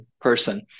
person